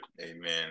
amen